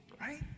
right